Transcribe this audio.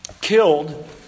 killed